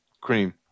cream